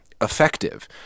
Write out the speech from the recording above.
effective